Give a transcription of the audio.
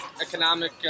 economic